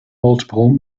multiple